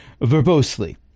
verbosely